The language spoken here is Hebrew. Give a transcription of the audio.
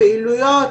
פעילויות,